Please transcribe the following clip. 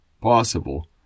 possible